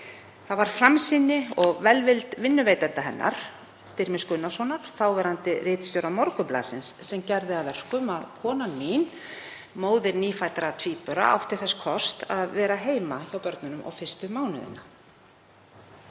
Það var framsýni og velvild vinnuveitanda hennar, Styrmis Gunnarssonar, þáverandi ritstjóra Morgunblaðsins, sem gerði að verkum að konan mín, móðir nýfæddra tvíbura, átti þess kost að vera heima með börnunum okkar fyrstu mánuðina.